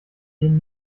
dem